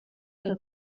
que